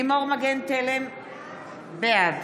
לימור מגן תלם, בעד